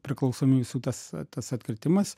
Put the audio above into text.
priklausomy visų tas tas atkritimas